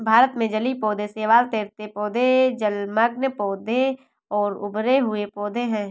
भारत में जलीय पौधे शैवाल, तैरते पौधे, जलमग्न पौधे और उभरे हुए पौधे हैं